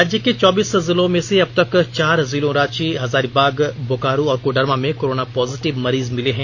राज्य के चौबीस जिलों में से अबतक चार जिलों रांची हजारीबाग बोकारो और कोडरमा में कोरोना पॉजिटिव मरीज मिले हैं